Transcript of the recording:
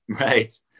Right